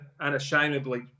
unashamedly